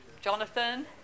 Jonathan